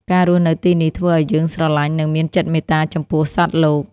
ការរស់នៅទីនេះធ្វើឱ្យយើងស្រឡាញ់ និងមានចិត្តមេត្តាចំពោះសត្វលោក។